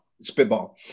Spitball